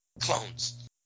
clones